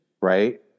right